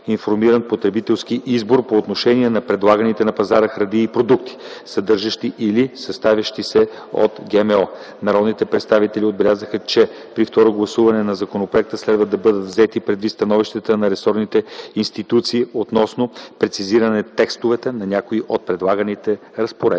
информиран потребителски избор по отношение на предлаганите на пазара храни и продукти, съдържащи или състоящи се от ГМО. Народните представители отбелязаха, че при второ гласуване на законопроекта следва да бъдат взети предвид становищата на ресорните институции относно прецизиране текстовете на някои от предлаганите разпоредби.